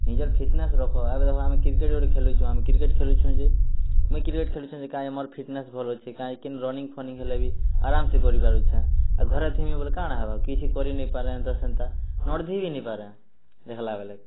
ନିଜର୍ ଫିଟନେସ୍ ରଖ ଇହାଦେ ଦେଖ ଆମେ କ୍ରିକେଟ୍ ଗୁଟେ ଖେଲୁଛୁଁ ଆମେ କ୍ରିକେଟ୍ ଖେଲୁଛୁଁ ଯେ ମୁଇଁ କ୍ରିକେଟ୍ ଖେଲୁଛେଁ ଯେ କାଏଁ ମୋର୍ ଫିଟନେସ୍ ଭଲ୍ ଅଛେ କାଏଁ ରନିଙ୍ଗ୍ ଫନିଙ୍ଗ୍ ହେଲେ ବି ଆରାମ୍ ସେ କରିପାରୁଛେଁ ଆର୍ ଘରେ ଥିମି ବେଲେ କା'ଣା ହେବା କିଛି କରି ନାଇ ପାରେଁ ଏନ୍ତା ସେନ୍ତା ନର୍ଧି ବି ନାଇ ପାରେଁ ଦେଖ୍ଲା ବେଲେ